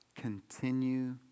continue